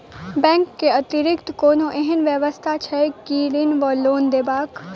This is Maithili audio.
बैंक केँ अतिरिक्त कोनो एहन व्यवस्था छैक ऋण वा लोनदेवाक?